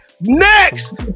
next